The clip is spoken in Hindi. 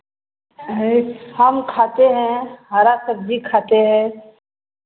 हम खाते हैं हरा सब्ज़ी खाते हैं